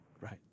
right